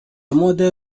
model